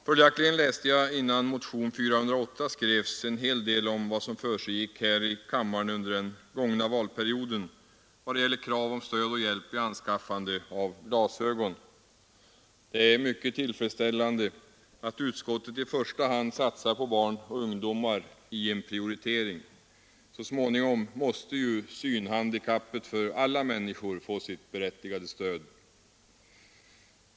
Följaktligen läste jag, innan motionen 408 skrevs, en hel del om vad som försiggick här i kammaren under den gångna valperioden i vad det gäller krav om stöd och hjälp till anskaffande av glasögon. Det är mycket tillfredsställande att utskottet i första hand satsar på barn och ungdomar i en prioritering. Så småningom måste alla synhandikappade människor få rätt till stöd.